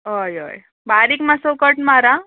हय हय बारीक मास्सो कट मार आ